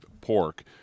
pork